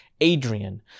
Adrian